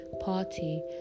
party